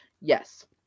yes